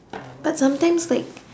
but sometimes like